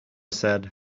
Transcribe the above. said